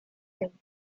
him